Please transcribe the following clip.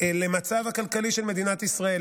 למצב הכלכלי של מדינת ישראל,